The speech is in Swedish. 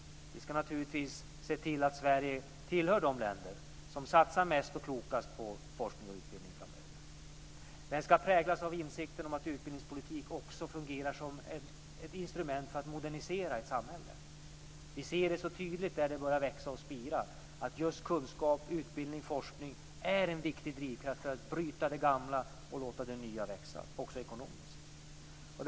Vi ska naturligtvis se till att Sverige tillhör de länder som satsar mest och klokast på forskning och utbildning framöver. Politiken ska präglas av insikten att utbildningspolitik också fungerar som ett instrument för att modernisera ett samhälle. Vi ser så tydligt där det börjar växa och spira att just kunskap, utbildning och forskning är en viktig drivkraft för att bryta det gamla och låta det nya växa - också ekonomiskt.